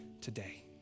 today